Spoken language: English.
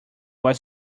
was